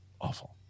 Awful